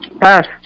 Pass